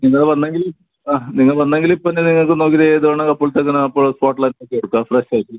നിങ്ങൾ വന്നെങ്കിൽ ആ നിങ്ങൾ വന്നെങ്കിൽ ഇപ്പോൾ തന്നെ നിങ്ങൾക്ക് നോക്കിട്ട് ഏത് വേണോ അപ്പളത്തേക്കെന്നെ അപ്പോൾ സ്പോട്ടിലുണ്ടാക്കി എടുക്കാം ഫ്രഷായിട്ട്